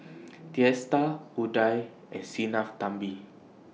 Teesta Udai and Sinnathamby